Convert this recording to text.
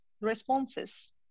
responses